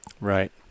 Right